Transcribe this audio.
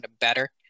better